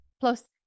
Plus